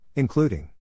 Including